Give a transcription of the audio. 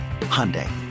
Hyundai